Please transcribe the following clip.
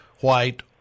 white